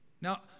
Now